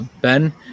Ben